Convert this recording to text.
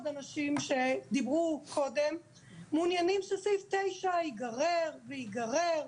אנשים שדיברו קודם מעוניינים שסעיף 9 ייגרר וייגרר,